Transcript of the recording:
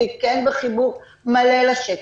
והיא כן בחיבור מלא לשטח,